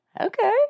Okay